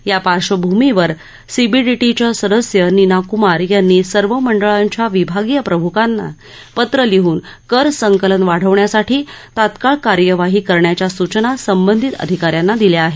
या पार्श्वभूमीवर सीबीडीटीच्या सदस्य नीना कुमार यांनी सर्व मंडळाच्या विभागीय प्रमुखांना पत्र लिहून कर संकलन वाढवण्यासाठी तत्काळ कार्यवाही करण्याच्या सूचना संबंधित अधिकाऱ्यांना दिल्या आहेत